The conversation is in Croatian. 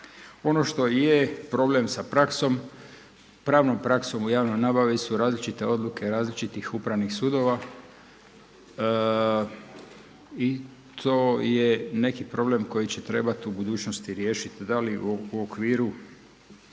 Ono što je problem sa praksom pravnom praksom u javnoj nabavi su različite odluke različitih upravnih sudova i to je neki problem koji će trebat u budućnosti riješiti, da li u okviru